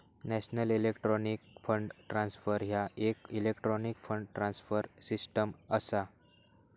national electronic fund transfer ह्या येक electronic fund transfer system असा